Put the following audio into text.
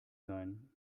sein